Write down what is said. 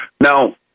Now